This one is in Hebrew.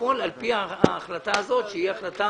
לפעול על פי ההחלטה הזאת שהיא החלטה